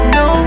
no